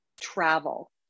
travel